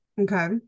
Okay